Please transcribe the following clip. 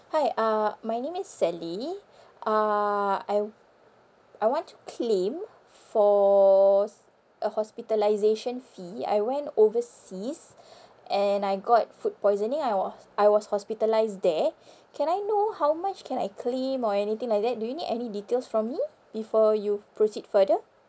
hi uh my name is sally uh I I want to claim for s~ a hospitalisation fee I went overseas and I got food poisoning I was I was hospitalised there can I know how much can I claim or anything like that do you need any details from me before you proceed further